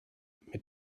mit